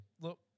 Look